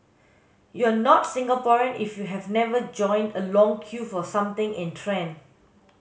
you are not Singaporean if you have never joined a long queue for something in trend